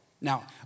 Now